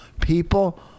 people